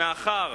מאחר